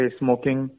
smoking